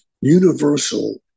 universal